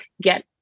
get